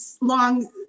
long